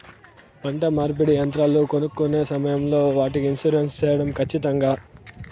పంట నూర్పిడి యంత్రాలు కొనుక్కొనే సమయం లో వాటికి ఇన్సూరెన్సు సేయడం ఖచ్చితంగా?